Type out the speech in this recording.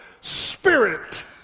spirit